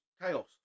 chaos